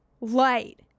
light